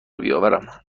بیاورم